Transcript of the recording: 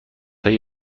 های